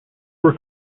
were